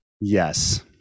Yes